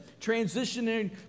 transitioning